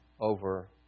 over